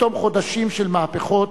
בתום חודשים של מהפכות,